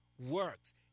works